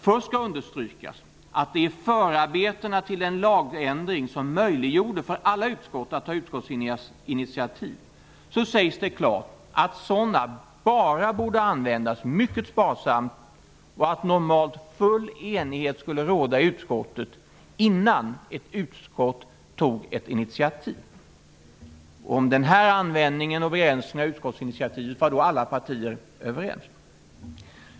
Först skall understrykas att i förarbetena till den lagändring som möjliggjorde för alla utskott att ta utskottsinitiativ sägs det klart att sådana bara borde användas mycket sparsamt och att normalt full enighet skulle råda i utskottet innan ett utskott tog ett initiativ. Om den användningen och begränsningen av utskottsinitiativet var då alla partier överens.